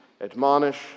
admonish